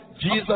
Jesus